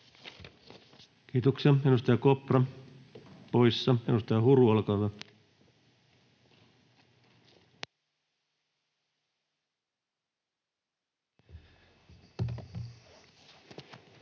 Kiitoksia. — Edustaja Kopra poissa. — Edustaja Huru, olkaa hyvä. [Speech